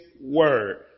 word